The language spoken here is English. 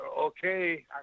okay